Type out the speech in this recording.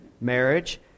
marriage